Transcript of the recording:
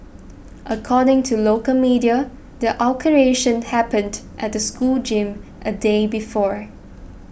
according to local media the altercation happened at the school gym a day before